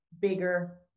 bigger